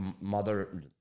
mother